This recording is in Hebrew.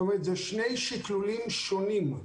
מדובר בשני שקלולים שונים.